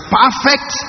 perfect